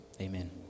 Amen